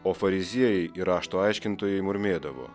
o fariziejai ir rašto aiškintojai murmėdavo